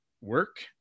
work